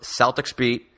CELTICSBEAT